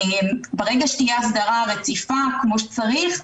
ברגע שתהיה הסדרה רציפה כמו שצריך,